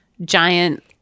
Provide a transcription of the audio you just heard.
giant